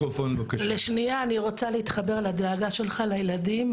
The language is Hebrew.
לשנייה אני רוצה להתחבר לדאגה שלך לילדים,